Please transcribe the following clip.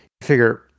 figure